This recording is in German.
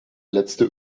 letzte